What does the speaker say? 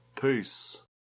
Peace